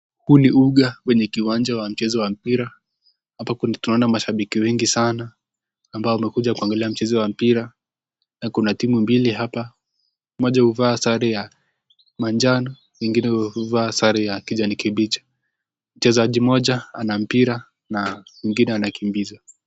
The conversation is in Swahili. Huu ni uga kwenye kiwanja wa mchezo wa mpira. Hapa tunaona mashabiki wengi sana ambao wamekuja kuangalia mchezo wa mpira. Na kuna timu mbili hapa. Moja huwa huvaa sare ya manjano, mwingine huvaa sare ya kijani kibichi. Mchezaji mmoja ana mpira na mwingine anakimbiza.